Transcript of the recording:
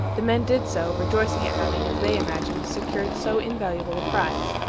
the men did so, rejoiced at having, as they imagined, secured so invaluable a prize.